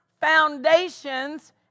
foundations